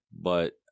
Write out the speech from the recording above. But-